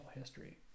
history